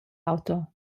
auto